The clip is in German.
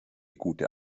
gute